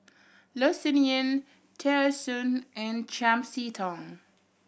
Loh Sin Yun Tear Soon and Chiam See Tong